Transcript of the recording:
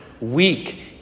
weak